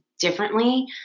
differently